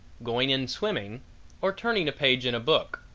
going in swimming or turning a page in a book.